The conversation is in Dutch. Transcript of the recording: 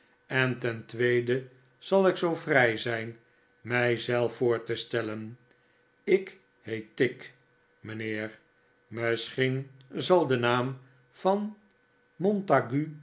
en ten tweede zal ik zoo vrij zijn mij zelf voor te stellen ik heet tigg mijnheer misschien zal de naam van montague